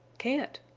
can't,